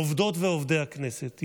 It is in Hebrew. עובדות ועובדי הכנסת,